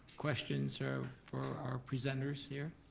questions so for our presenters here?